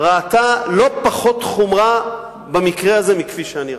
ראתה לא פחות חומרה במקרה הזה מכפי שאני ראיתי,